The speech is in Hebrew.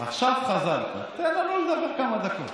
עכשיו חזרת, תן לנו לדבר כמה דקות.